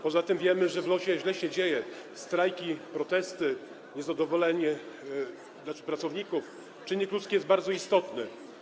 Poza tym wiemy, że w LOT źle się dzieje - strajki, protesty, niezadowolenie pracowników, a czynnik ludzki jest bardzo istotny.